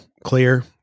clear